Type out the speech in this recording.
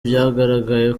byagaragaye